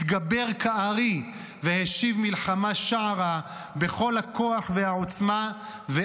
התגבר כארי והשיב מלחמה שערה בכל הכוח והעוצמה,